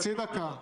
חצי דקה.